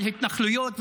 על התנחלויות,